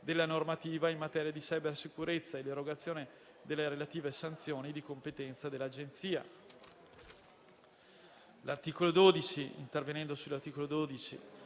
della normativa in materia di cybersicurezza e l'irrogazione delle relative sanzioni di competenza dell'Agenzia.